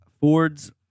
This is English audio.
Fords